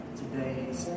today's